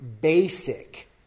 basic